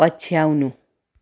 पछ्याउनु